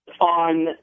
on